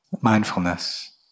mindfulness